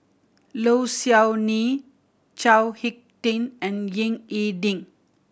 Low Siew Nghee Chao Hick Tin and Ying E Ding